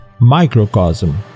microcosm